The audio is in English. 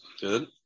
good